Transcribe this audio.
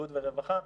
בריאות ורווחה,